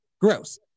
gross